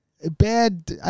Bad